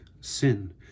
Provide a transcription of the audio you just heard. sin